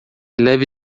leve